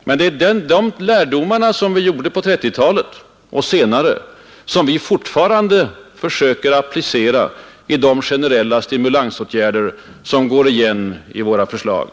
Men det är de lärdomarna, som vi gjorde på 1930-talet och senare, som vi alltjämt försöker applicera när vi nu i våra förslag förordar generella stimulansåtgärder.